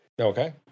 Okay